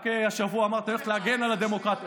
רק השבוע אמרת: אני הולכת להגן על הדמוקרטיה,